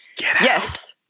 Yes